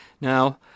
Now